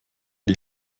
die